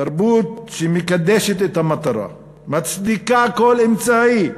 תרבות שמקדשת את המטרה, מצדיקה כל אמצעי,